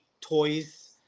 toys